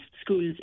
schools